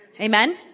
Amen